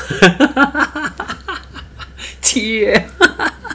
七月